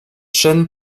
chaîne